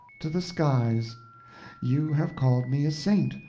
to the skies you have called me a saint,